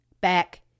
back